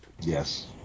Yes